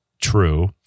true